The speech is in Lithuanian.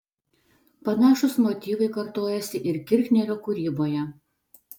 panašūs motyvai kartojosi ir kirchnerio kūryboje